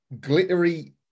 glittery